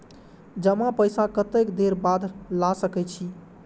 जमा पैसा कतेक देर बाद ला सके छी?